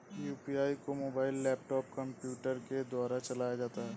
UPI को mobile laptop computer के द्वारा चलाया जाता है